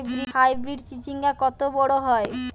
Hybrid চিচিংঙ্গা কত বড় হয়?